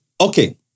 okay